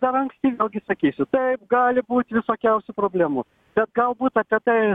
dar anksti vėlgi sakysiu taip gali būt visokiausių problemų bet galbūt apie tai